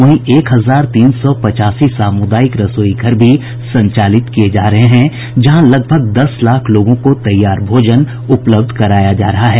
वहीं एक हजार तीन सौ पचासी सामुदायिक रसोई घर भी संचालित किये जा रहे हैं जहां लगभग दस लाख लोगों को तैयार भोजन उपलब्ध कराया जा रहा है